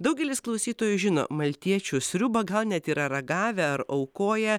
daugelis klausytojų žino maltiečių sriubą gal net yra ragavę ar aukoję